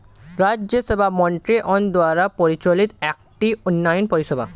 রাজ্য সভা মন্ত্রীগণ দ্বারা পরিচালিত একটি উন্নয়ন পরিষেবা